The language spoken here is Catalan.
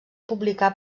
publicar